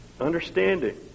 Understanding